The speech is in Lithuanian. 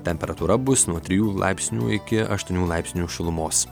temperatūra bus nuo trijų laipsnių iki aštuonių laipsnių šilumos